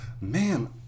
ma'am